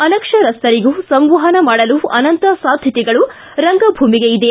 ಅನಕ್ಷರಸ್ಥರಿಗೂ ಸಂವಹನ ಮಾಡಲು ಅನಂತ ಸಾಧ್ಯತೆಗಳು ರಂಗಭೂಮಿಗೆ ಇದೆ